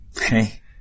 Hey